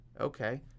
Okay